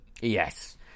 yes